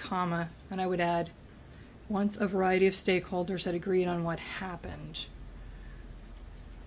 comma and i would add once a variety of stakeholders that agree on what happened